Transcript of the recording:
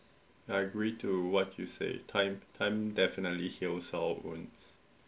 I agree to what you said time time definitely heals all wounds